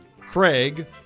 Craig